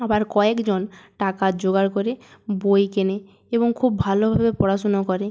আবার কয়েকজন টাকা জোগাড় করে বই কেনে এবং খুব ভালোভাবে পড়াশোনা করে